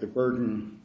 the burden